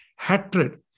Hatred